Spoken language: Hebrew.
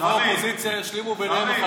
שחברי האופוזיציה ישלימו ביניהם,